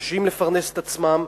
מתקשים לפרנס את עצמם,